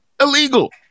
illegal